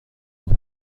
will